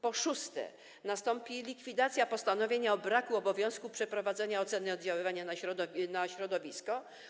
Po szóste, nastąpi likwidacja postanowienia o braku obowiązku przeprowadzenia oceny oddziaływania na środowisko.